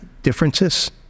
differences